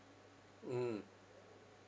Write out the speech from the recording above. mm